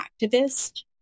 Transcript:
activist